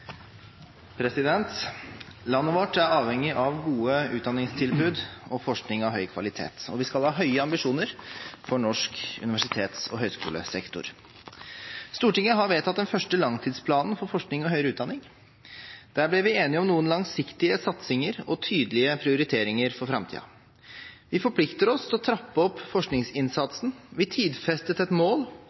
forpliktelse. Landet vårt er avhengig av gode utdanningstilbud og forskning av høy kvalitet, og vi skal ha høye ambisjoner for norsk universitets- og høyskolesektor. Stortinget har vedtatt den første langtidsplanen for forskning og høyere utdanning. Der ble vi enige om noen langsiktige satsinger og tydelige prioriteringer for framtiden. Vi forplikter oss til å trappe opp forskningsinnsatsen. Vi tidfestet et mål